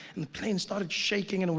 and the plane started shaking, and